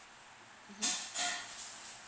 mmhmm